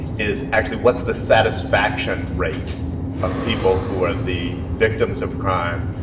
is actually, what's the satisfaction rate of people who are the victims of crime,